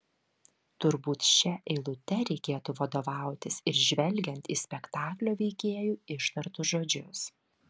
turbūt šia eilute reikėtų vadovautis ir žvelgiant į spektaklio veikėjų ištartus žodžius